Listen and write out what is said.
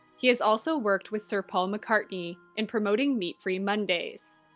he has also worked with sir paul mccartney in promoting meat free mondays.